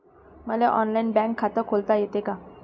मले online bank खात खोलता येते का?